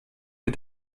wir